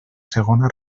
segona